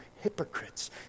hypocrites